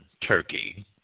Turkey